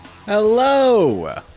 Hello